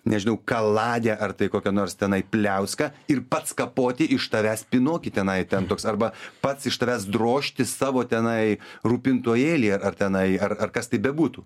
nežinau kaladę ar tai kokią nors tenai pliauską ir pats kapoti iš tavęs pinokį tenai ten toks arba pats iš tavęs drožti savo tenai rūpintojėlį ar tenai ar ar kas tai bebūtų